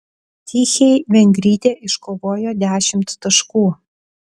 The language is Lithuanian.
tichei vengrytė iškovojo dešimt taškų